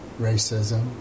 racism